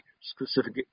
specific